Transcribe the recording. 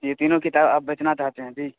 یہ تینوں کتاب آپ بیچنا چاہتے ہیں جی